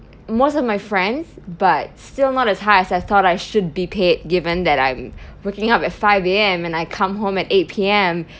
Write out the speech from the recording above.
most of my friends but still not as high as I thought I should be paid given that I'm waking up at five am and I come home at eight pm